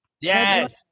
Yes